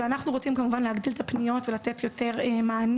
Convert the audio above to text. ואנחנו רוצים כמובן להגדיל את הפניות ולתת יותר מענה